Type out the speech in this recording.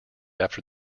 after